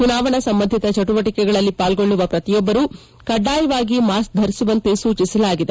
ಚುನಾವಣಾ ಸಂಬಂಧಿತ ಚಟುವಟಿಕೆಗಳಲ್ಲಿ ಪಾಲ್ಗೊಳ್ಳುವ ಪ್ರತಿಯೊಬ್ಬರೂ ಕಡ್ಡಾಯವಾಗಿ ಮಾಸ್ಕ್ ಧರಿಸುವಂತೆ ಸೂಚಿಸಲಾಗಿದೆ